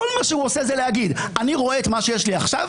כל מה שהוא עושה הוא להגיד: אני רואה את מה שיש לי עכשיו,